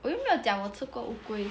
我又没有讲我吃过乌龟